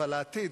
אבל העתיד,